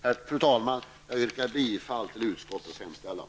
Fru talman! Jag yrkar bifall till utskottets hemställan.